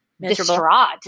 distraught